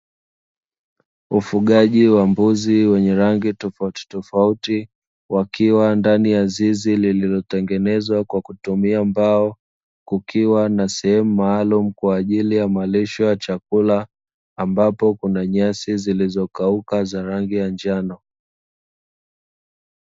Ufugaji wa mbuzi wenye rangi tofautitofauti wakiwa ndani ya zizi llilotengenezwa kwa kutumia mbao, kukiwa na sehemu maalumu kwa ajili ya malisho ya chakula, ambapo kuna nyasi zilizokauka za rangi ya njano.